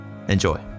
Enjoy